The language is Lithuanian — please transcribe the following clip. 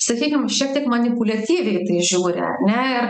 sakykim šiek tiek manipuliatyviai į tai žiūri ar ne